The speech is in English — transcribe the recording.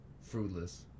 fruitless